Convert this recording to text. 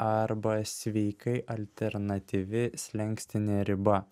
arba sveikai alternatyvi slenkstinė riba